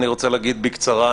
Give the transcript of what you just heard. אני רוצה לדבר בקצרה,